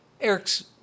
Eric's